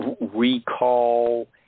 recall